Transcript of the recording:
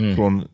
Från